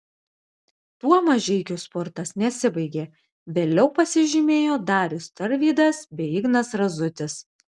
tuo mažeikių spurtas nesibaigė vėliau pasižymėjo darius tarvydas bei ignas razutis